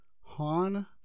Han